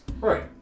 Right